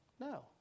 No